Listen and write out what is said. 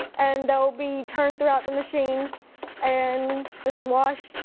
and they will be turned throughout the machine and just washed,